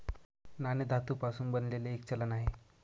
नाणे धातू पासून बनलेले एक चलन आहे